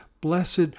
Blessed